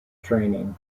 training